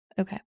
Okay